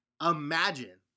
imagine